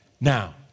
Now